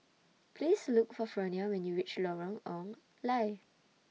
Please Look For Fronia when YOU REACH Lorong Ong Lye